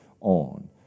on